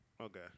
Okay